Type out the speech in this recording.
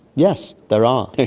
yes, there are.